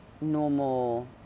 normal